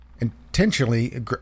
Intentionally